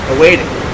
awaiting